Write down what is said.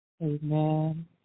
amen